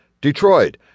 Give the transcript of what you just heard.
Detroit